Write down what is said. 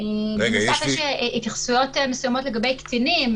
יש לי --- יש התייחסויות מסוימות לגבי קטינים,